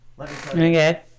Okay